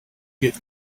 get